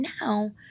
now